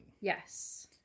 Yes